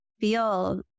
feel